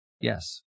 Yes